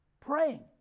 praying